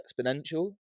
exponential